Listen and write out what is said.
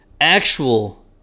actual